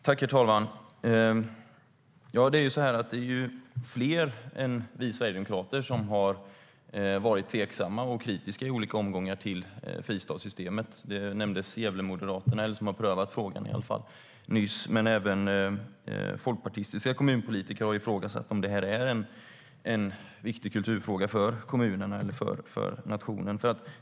Herr talman! Det är ju fler än vi sverigedemokrater som i olika omgångar har varit tveksamma och kritiska till fristadssystemet. Nyss nämndes Gävlemoderaterna, som har prövat frågan, och även folkpartistiska kommunpolitiker har ifrågasatt om detta är en viktig kulturfråga för kommunerna eller för nationen.